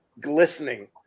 glistening